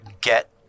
get